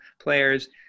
players